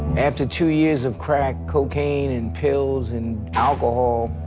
and two years of crack, cocaine and pills and alcohol,